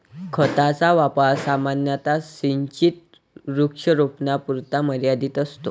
खताचा वापर सामान्यतः सिंचित वृक्षारोपणापुरता मर्यादित असतो